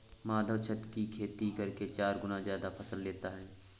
माधव छत की खेती करके चार गुना ज्यादा फसल लेता है